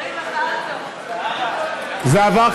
זה עבר,